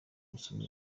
gusoma